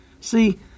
See